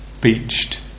beached